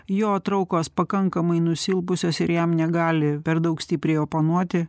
jo traukos pakankamai nusilpusios ir jam negali per daug stipriai oponuoti